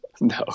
no